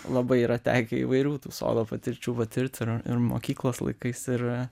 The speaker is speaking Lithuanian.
labai yra tekę įvairių tų sodo patirčių vat ir turiu ir mokyklos laikais ir